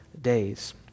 days